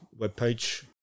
webpage